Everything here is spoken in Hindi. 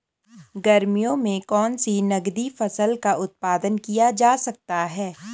गर्मियों में कौन सी नगदी फसल का उत्पादन किया जा सकता है?